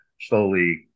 slowly